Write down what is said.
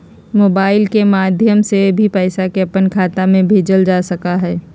mobile के माध्यम से भी पैसा के अपन खाता में भेजल जा सका हई